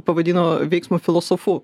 pavadino veiksmo filosofu